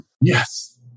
Yes